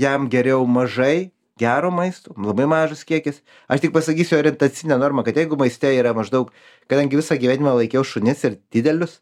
jam geriau mažai gero maisto labai mažas kiekis aš tik pasakysiu orientacinę normą kad jeigu maiste yra maždaug kadangi visą gyvenimą laikiau šunis ir didelius